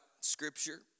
scripture